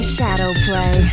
Shadowplay